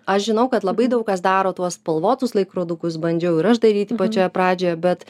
aš žinau kad labai daug kas daro tuos spalvotus laikrodukus bandžiau ir aš daryti pačioje pradžioje bet